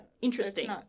interesting